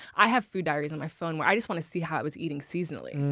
i have food diaries on my phone where i just want to see how i was eating seasonally.